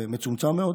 מצומצם מאוד,